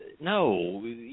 no